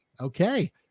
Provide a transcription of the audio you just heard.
Okay